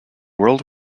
world